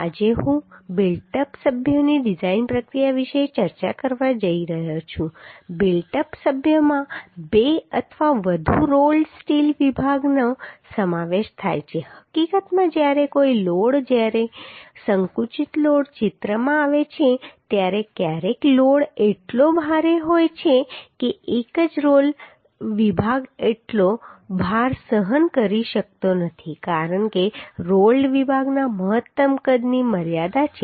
આજે હું built up સભ્યોની ડિઝાઇન પ્રક્રિયા વિશે ચર્ચા કરવા જઈ રહ્યો છું બિલ્ટ અપ સભ્યોમાં બે અથવા વધુ રોલ્ડ સ્ટીલ વિભાગનો સમાવેશ થાય છે હકીકતમાં જ્યારે કોઈ લોડ જ્યારે સંકુચિત લોડ ચિત્રમાં આવે છે ત્યારે ક્યારેક લોડ એટલો ભારે હોય છે કે એક જ રોલ વિભાગ એટલો ભાર સહન કરી શકતો નથી કારણ કે રોલ્ડ વિભાગના મહત્તમ કદની મર્યાદા છે